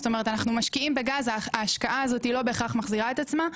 זאת אומרת אנחנו משקיעים בגז וההשקעה הזאת לא בהכרח מחזירה את עצמה,